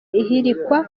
ihirikwa